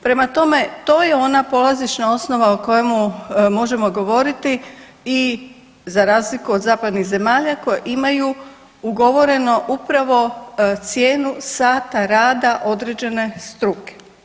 Prema tome, to je ona polazišna osnova o kojemu možemo govoriti i za razliku od zapadnih zemalja koje imaju ugovoreno upravo cijenu sata rada određene struke.